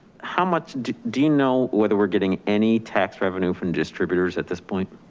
how much, do we know whether we're getting any tax revenue from distributors at this point?